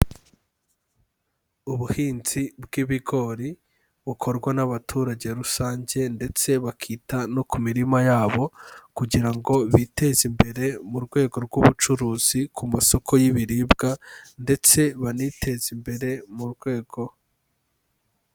Ubuhinzi bw'ibigori bukorwa n'abaturage rusange ndetse bakita no ku mirima yabo kugira ngo biteze imbere mu rwego rw'ubucuruzi ku masoko y'ibiribwa ndetse baniteze imbere mu rwego...